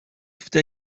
toute